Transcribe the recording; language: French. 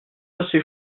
assez